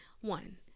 One